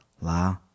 La